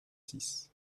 six